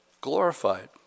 glorified